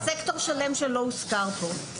יש סקטור שלם שלא הוזכר פה.